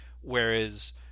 whereas